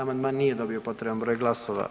Amandman nije dobio potreban broj glasova.